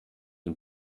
dem